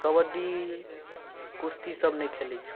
कबड्डी कुश्तीसब नहि खेलै छी